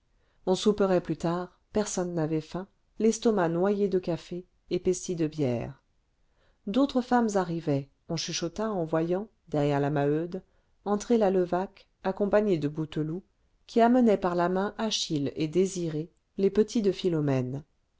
on souperait plus tard personne n'avait faim l'estomac noyé de café épaissi de bière d'autres femmes arrivaient on chuchota en voyant derrière la maheude entrer la levaque accompagnée de bouteloup qui amenait par la main achille et désirée les petits de philomène